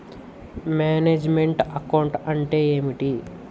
Manage meant account అంటే ఏమిటి?